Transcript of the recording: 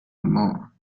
more